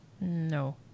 No